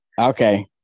okay